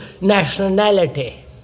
nationality